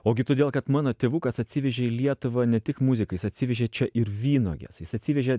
ogi todėl kad mano tėvukas atsivežė į lietuvą ne tik muziką jis atsivežė čia ir vynuoges jisai atsivežė